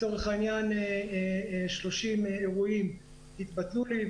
30 אירועים התבטלו לי,